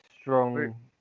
Strong